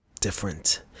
different